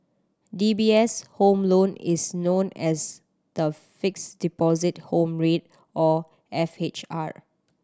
D B S Home Loan is known as the Fixed Deposit Home Rate or F H R